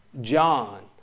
John